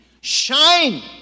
shine